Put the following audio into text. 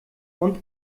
und